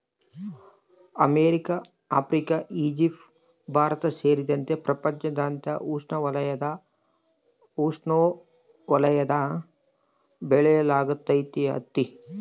America Africa Egypt Bharat ಸೇರಿದಂತೆ ಪ್ರಪಂಚದಾದ್ಯಂತ ಉಷ್ಣವಲಯದ ಉಪೋಷ್ಣವಲಯದ ಬೆಳೆಯಾಗೈತಿ ಹತ್ತಿ